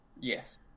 yes